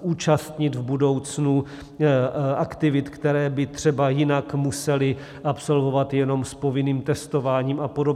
účastnit v budoucnu aktivit, které by třeba jinak museli absolvovat jenom s povinným testováním a podobně.